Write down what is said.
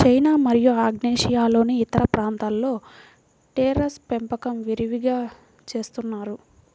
China మరియు ఆగ్నేయాసియాలోని ఇతర ప్రాంతాలలో టెర్రేస్ పెంపకం విరివిగా చేస్తున్నారు